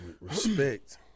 respect